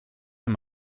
him